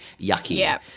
yucky